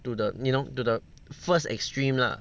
to the you know to the first extreme lah